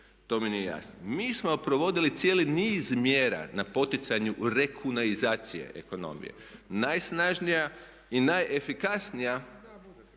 to mi nije jasno? Mi smo provodili cijeli niz mjera na poticanju rekunaizacije ekonomije. Najsnažnija i najefikasnija je bila